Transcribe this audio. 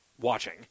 watching